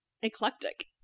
Eclectic